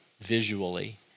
visually